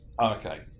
Okay